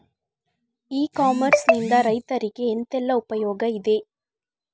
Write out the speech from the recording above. E commerce ನಿಂದ ರೈತರಿಗೆ ಎಂತೆಲ್ಲ ಉಪಯೋಗ ಇದೆ?